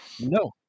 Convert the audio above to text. No